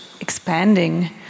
expanding